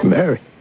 Mary